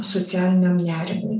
socialiniam nerimui